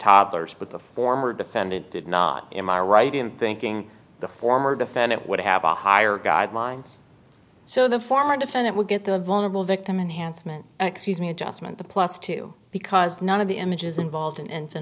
toddlers but the former defendant did not in my right in thinking the former defendant would have a higher guidelines so the former defendant would get the vulnerable victim unhandsome an excuse me adjustment the plus two because none of the images involved an